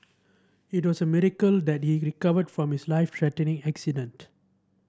it was a miracle that he recovered from his life threatening accident